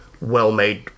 well-made